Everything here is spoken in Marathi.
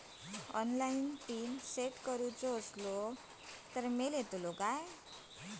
ऑनलाइन पिन सेट करूक मेलतलो काय?